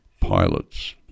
pilots